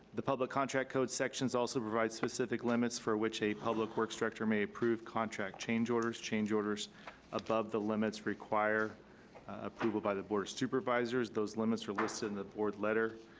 the public contract code sections also provide specific limits for which a public works director may approve contract change orders, orders, change orders above the limits require approval by the board supervisors. those limits are listed in the board letter.